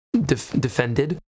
defended